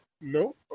No